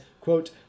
quote